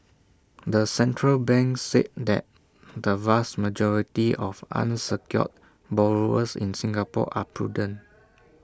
the central bank said that the vast majority of unsecured borrowers in Singapore are prudent